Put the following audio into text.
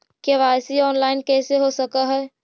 KYC online कैसे हो सक है?